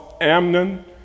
Amnon